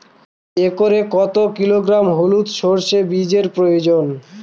একরে কত কিলোগ্রাম হলুদ সরষে বীজের প্রয়োজন?